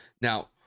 Now